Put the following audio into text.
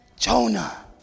Jonah